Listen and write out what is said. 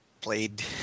played